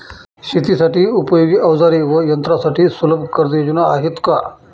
शेतीसाठी उपयोगी औजारे व यंत्रासाठी सुलभ कर्जयोजना आहेत का?